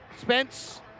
Spence